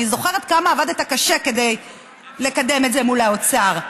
אני זוכרת כמה עבדת קשה כדי לקדם את זה מול האוצר.